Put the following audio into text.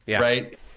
right